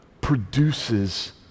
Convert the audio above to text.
produces